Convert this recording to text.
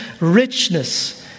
richness